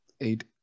Eight